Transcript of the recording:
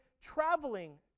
traveling